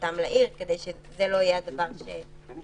כניסתם לעיר כדי שזה לא יהיה הדבר שיאיין.